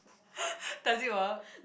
does it work